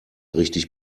richtig